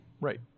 Right